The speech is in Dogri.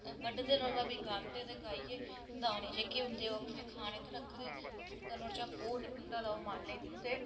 बड्ढदे ई नोआढ़ै बाद गांह्दे ते गाहियै भी दाने जेहके होंदे तो खाने च कम्म नुआढ़ा चा फिर